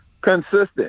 Consistent